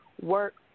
work